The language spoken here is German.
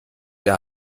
der